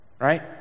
Right